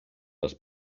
das